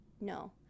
No